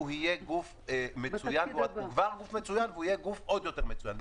הוא כבר גוף מצוין, והוא יהיה גוף עוד יותר מצוין.